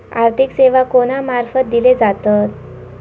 आर्थिक सेवा कोणा मार्फत दिले जातत?